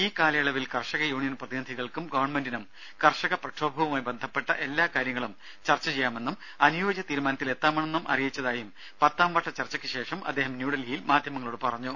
ഈ കാലയളവിൽ കർഷക യൂണിയൻ പ്രതിനിധികൾക്കും ഗവൺമെന്റിനും കർഷക പ്രക്ഷോഭവുമായി ബന്ധപ്പെട്ട എല്ലാ കാര്യങ്ങളും ചർച്ച ചെയ്യാമെന്നും അനുയോജ്യ തീരുമാനത്തിൽ എത്താമെന്നും അറിയിച്ചതായും പത്താംവട്ട ചർച്ചയ്ക്കുശേഷം അദ്ദേഹം ന്യൂഡൽഹിയിൽ മാധ്യമങ്ങളോട് പറഞ്ഞു